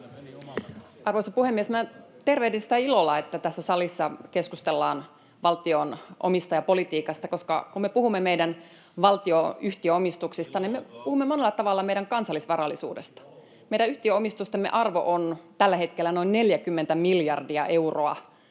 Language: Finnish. Arvoisa puhemies! Minä tervehdin sitä ilolla, että tässä salissa keskustellaan valtion omistajapolitiikasta, koska kun me puhumme meidän valtionyhtiöomistuksista, niin me puhumme monella tavalla meidän kansallisvarallisuudesta. Meidän yhtiöomistustemme arvo on tällä hetkellä noin 40 miljardia euroa.